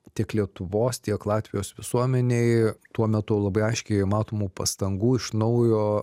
tiek lietuvos tiek latvijos visuomenėj tuo metu labai aiškiai matomų pastangų iš naujo